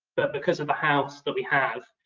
but because of the house that we have,